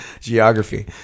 Geography